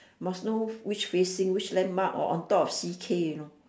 must know which facing which landmark or on top of C_K you know